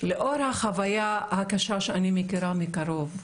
לאור החוויה הקשה שאני מכירה מקרוב,